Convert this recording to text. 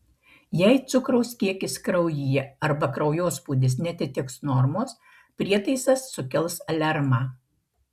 jei cukraus kiekis kraujyje arba kraujospūdis neatitiks normos prietaisas sukels aliarmą